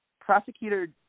Prosecutor